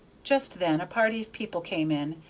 just then a party of people came in,